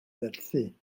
werthu